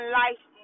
life